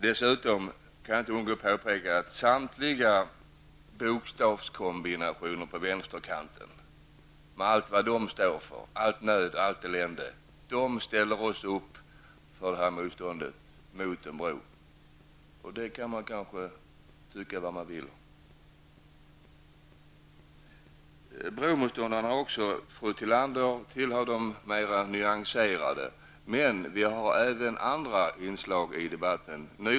Jag kan inte undgå att påpeka att samtliga bokstavskombinationer på vänsterkanten, med allt vad de står för, all nöd och allt elände, ställer upp i motståndet mot en bro. Om det kan man kanske tycka vad man vill. Av bromotståndarna hör fru Tillander till de mer nyanserade. Men det finns även andra inslag i debatten.